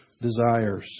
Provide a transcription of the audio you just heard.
desires